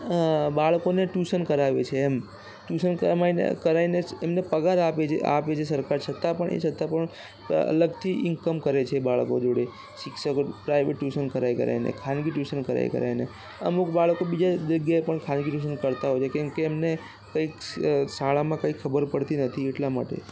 અં બાળકોને ટ્યૂશન કરાવે છે એમ ટ્યૂશન કરમાઇને કરાવીને જ એમને પગાર આપે છે પગાર આપે છે સરકાર છતાં પણ અલગથી ઇન્કમ કરે છે બાળકો જોડે શિક્ષકો પ્રાઇવેટ ટ્યૂશન કરાવી કરાવીને ખાનગી ટ્યૂશન કરાવી કરાવીને અમુક બાળકો બીજે જગ્યાએ પણ ખાનગી ટ્યુશન કરતા હોય છે કેમ કે એમને કંઇ શાળામાં કંઇ ખબર પડતી નથી એટલા માટે